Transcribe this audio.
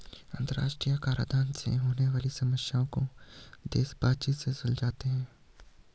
अंतरराष्ट्रीय कराधान से होने वाली समस्याओं को देश बातचीत से सुलझाते हैं